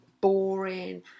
boring